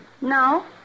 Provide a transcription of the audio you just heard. No